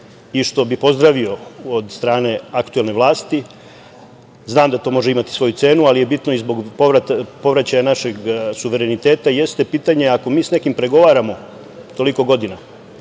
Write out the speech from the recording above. i što bi pozdravio od strane aktuelne vlasti, znam da to može imati svoju cenu, ali je bitno i zbog povraćaja našeg suvereniteta, jeste pitanje ako mi sa nekim pregovaramo toliko godina,